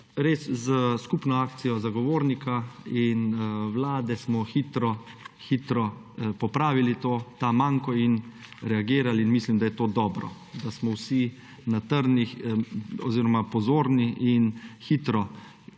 res s skupno akcijo zagovornika in vlade hitro popravili ta manko in reagirali. Mislim, da je to dobro, da smo vsi na trnih oziroma pozorni in hitro gremo